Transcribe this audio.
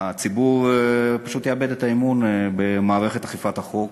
הציבור פשוט יאבד את האמון במערכת אכיפת החוק,